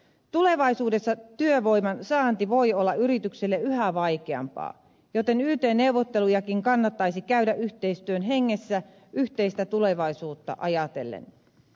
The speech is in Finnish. tulevaisuudessa työvoiman saanti voi olla yritykselle yhä vaikeampaa joten yt neuvottelujakin kannattaisi käydä yhteistyön hengessä yhteistä tulevaisuutta ajatellen